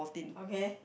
okay